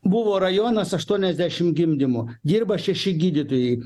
buvo rajonas aštuoniasdešimt gimdymų dirba šeši gydytojai